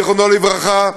זיכרונו לברכה.